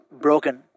broken